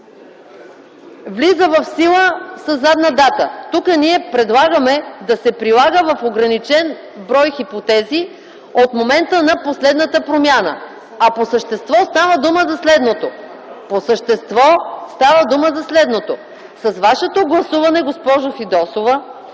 влиза в сила със задна дата. Тук ние предлагаме да се прилага в ограничен брой хипотези от момента на последната промяна. По същество става дума за следното. Госпожо Фидосова,